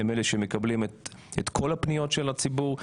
הם אלה שמקבלים את כל הפניות של הציבור,